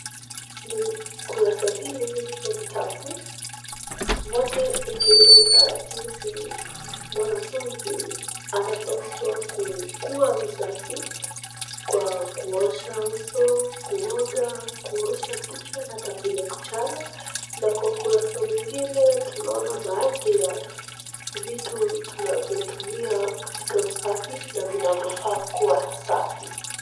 Ni kurasa mbili za vitabu. Moja ikieleza jinsi mwanafunzi anapaswa kukuwa msafi, kwa kuosha uso, kuoga, kuosha kichwa na ata vile kuchana. Na kwa ukurasa mwingine tunaona baadhi ya vitu tunavyotumiwa katika usafi na vinavyofaa kuwa safi.